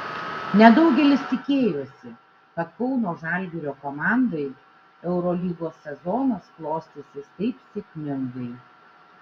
nedaugelis tikėjosi kad kauno žalgirio komandai eurolygos sezonas klostysis taip sėkmingai